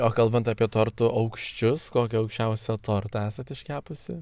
o kalbant apie tortų aukščius kokį aukščiausią tortą esat iškepusi